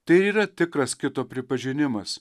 tai yra tikras kito pripažinimas